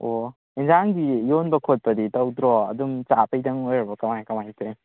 ꯑꯣ ꯑꯦꯟꯖꯥꯡꯗꯤ ꯌꯣꯟꯕ ꯈꯣꯠꯄꯗꯤ ꯇꯧꯗ꯭ꯔꯣ ꯑꯗꯨꯝ ꯆꯥꯕꯩꯗꯪ ꯑꯣꯏꯔꯕꯣ ꯀꯃꯥꯏ ꯀꯃꯥꯏꯅ ꯇꯧꯔꯤꯅꯣ